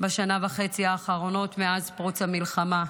בשנה וחצי האחרונות מאז פרוץ המלחמה.